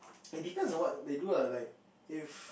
it depends on what they do ah like if